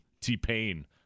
T-Pain